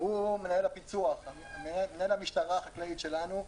הוא מנהל הפיצוח, מנהל המשטרה החקלאית שלנו.